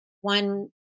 one